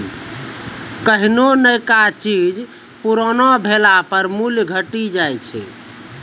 कोन्हो नयका चीज पुरानो भेला पर मूल्य घटी जाय छै